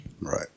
Right